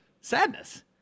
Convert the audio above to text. sadness